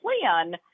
plan